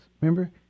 Remember